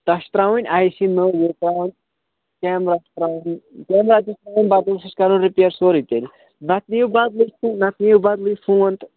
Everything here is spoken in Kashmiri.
تَتھ چھِ ترٛاوِٕنۍ آی سی کیمرا چھِ ترٛاوُن کیمرا تہِ ترٛاوُن بَدل سُہ چھُ کَرُن رِپیر سورٕے تیٚلہِ نَتہٕ نِیِو بدلٕے نَتہٕ نِیِو بدلٕے فون تہٕ